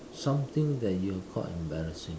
something that you were caught embarrassing